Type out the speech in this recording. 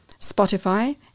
Spotify